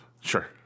Sure